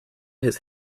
his